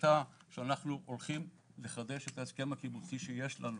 החלטה שאנחנו הולכים לחדש את ההסכם הקיבוצי שיש לנו.